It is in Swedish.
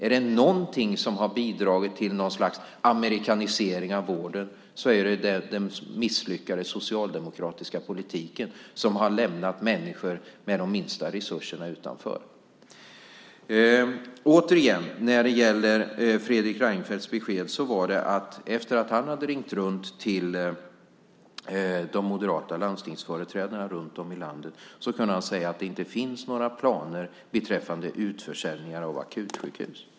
Är det någonting som har bidragit till något slags amerikanisering av vården så är det den misslyckade socialdemokratiska politiken som har lämnat människor med de minsta resurserna utanför. När det återigen gäller Fredrik Reinfeldts besked kunde han efter att ha ringt till de moderata landstingsföreträdarna runt om i landet säga att det inte fanns några planer beträffande utförsäljningar av akutsjukhus.